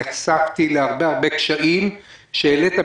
נחשפתי להרבה הרבה קשיים שהעלית,